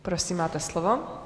Prosím, máte slovo.